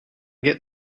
get